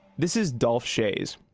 this is dolph schayes.